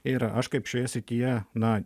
ir aš kaip šioje srityje na